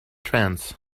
trance